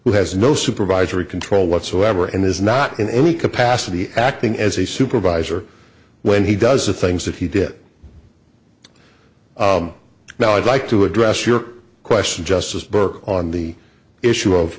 who has no supervisory control whatsoever and is not in any capacity acting as a supervisor when he does the things that he did now i'd like to address your question just as burke on the issue of